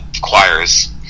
choirs